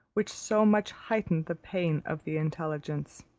which so much heightened the pain of the intelligence.